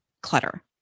clutter